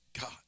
God